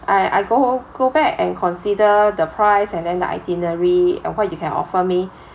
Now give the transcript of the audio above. I I go home go back and consider the price and then the itinerary uh what you can offer me